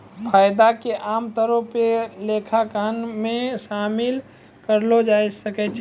फायदा के आमतौरो पे लेखांकनो मे शामिल करलो जाय सकै छै